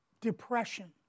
depression